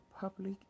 Public